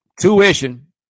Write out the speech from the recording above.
Tuition